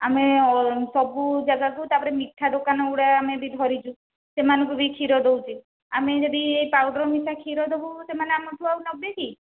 ଆମେ ସବୁ ଜାଗାକୁ ତା'ପରେ ମିଠା ଦୋକାନଗୁଡ଼ା ଆମେ ବି ଧରିଛୁ ସେମାନଙ୍କୁ ବି କ୍ଷୀର ଦେଉଛୁ ଆମେ ଯଦି ଇଏ ପାଉଡ଼ର୍ ମିଶା କ୍ଷୀର ଦେବୁ ସେମାନେ ଆମଠୁ ଆଉ ନେବେ କି